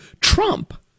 Trump